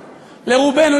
לרובנו,